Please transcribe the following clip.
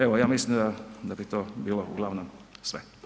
Evo ja mislim da bi to bilo uglavnom sve.